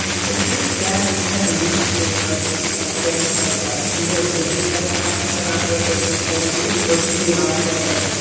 so tonight's guest has her own approaches to self-care and self-love and we are really excited to talk to her about her personal strategies for keeping it all together.